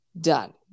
Done